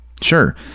sure